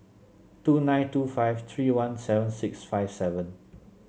two nine two five three one seven six five seven